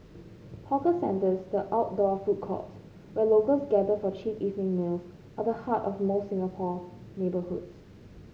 hawker centres the outdoor food courts where locals gather for cheap evening meals are the heart of most Singapore neighbourhoods